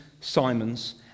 Simon's